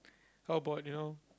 how about you know